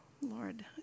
Lord